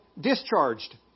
discharged